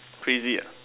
crazy ah